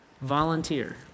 volunteer